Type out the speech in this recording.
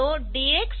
तो यह क्या करेगा